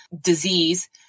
disease